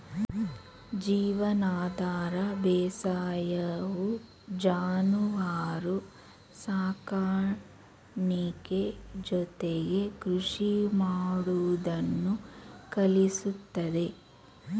ಜೀವನಾಧಾರ ಬೇಸಾಯವು ಜಾನುವಾರು ಸಾಕಾಣಿಕೆ ಜೊತೆಗೆ ಕೃಷಿ ಮಾಡುವುದನ್ನು ಕಲಿಸುತ್ತದೆ